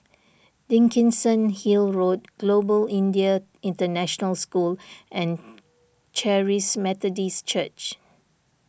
Dickenson Hill Road Global Indian International School and Charis Methodist Church